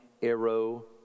arrow